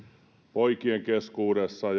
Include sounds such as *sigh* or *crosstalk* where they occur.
poikien keskuudessa *unintelligible*